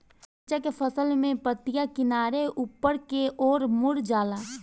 मिरचा के फसल में पतिया किनारे ऊपर के ओर मुड़ जाला?